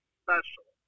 special